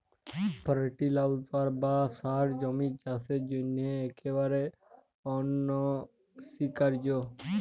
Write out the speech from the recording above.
fertiliser বা সার জমির চাসের জন্হে একেবারে অনসীকার্য